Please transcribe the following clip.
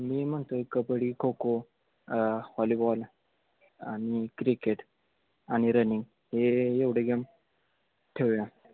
मी म्हणतो एक कबड्डी खोखो हॉलीबॉल आणि क्रिकेट आणि रनिंग हे एवढे गेम ठेवूया